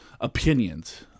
opinions